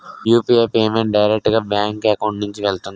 UPI payment direct గా bank account నుంచి వెళ్తుందా?